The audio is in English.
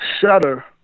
shutter